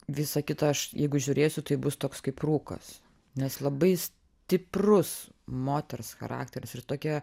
visą kitą aš jeigu žiūrėsiu tai bus toks kaip rūkas nes labai stiprus moters charakteris ir tokia